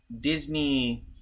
disney